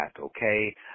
okay